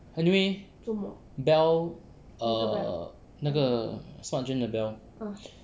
anyway bell err 那个 suan jun 的 bell